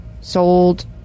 Sold